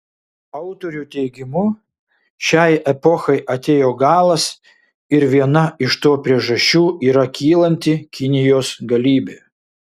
autorių teigimu šiai epochai atėjo galas ir viena iš to priežasčių yra kylanti kinijos galybė